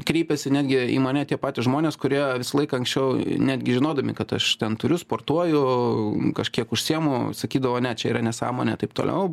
kreipėsi netgi į mane tie patys žmonės kurie visą laiką anksčiau netgi žinodami kad aš ten turiu sportuoju kažkiek užsiimu sakydavo ne čia yra nesąmonė taip toliau